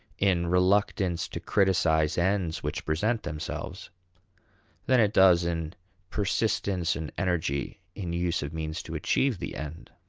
in reluctance to criticize ends which present themselves than it does in persistence and energy in use of means to achieve the end.